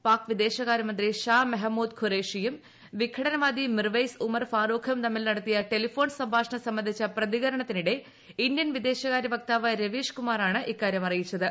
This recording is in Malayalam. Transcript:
പാക് വിദേശകാര്യമന്ത്രി ഷാ മെഹമ്മൂദ് ഖുറേഷിയും വിഘടനവാദി മിർവെയ്സ് ഉമർ ഫാറൂഖും തമ്മിൽ നടത്തിയ ടെലഫോൺ സംഭാഷണം സംബന്ധിച്ചു പ്രതികരണത്തിനിടെ ഇന്ത്യൻ വിദേശകാര്യ വക്താവ് രവീഷ് കുമാറാണ് ഇക്കാര്യം അറിയിച്ചത്